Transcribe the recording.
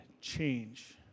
change